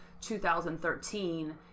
2013